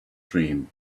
dream